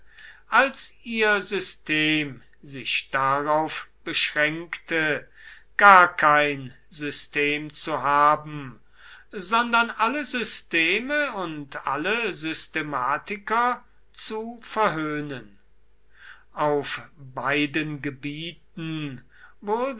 als ihr system sich darauf beschränkte gar kein system zu haben sondern alle systeme und alle systematiker zu verhöhnen auf beiden gebieten